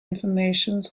information